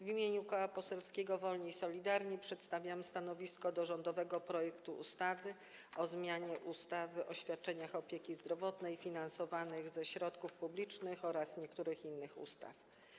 W imieniu Koła Poselskiego Wolni i Solidarni przedstawiam stanowisko wobec rządowego projektu ustawy o zmianie ustawy o świadczeniach opieki zdrowotnej finansowanych ze środków publicznych oraz niektórych innych ustaw.